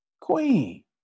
queen